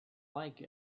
like